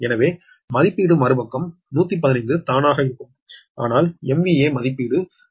எனவே மதிப்பீடு மறுபக்கம் 115 தானாக இருக்கும் ஆனால் MVA மதிப்பீடு வேறுபட்டது 15 MVA